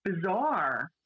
bizarre